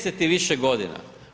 10 i više godina.